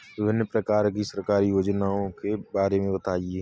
विभिन्न प्रकार की सरकारी योजनाओं के बारे में बताइए?